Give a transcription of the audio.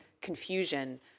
confusion